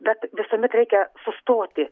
bet visuomet reikia sustoti